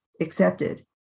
accepted